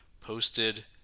posted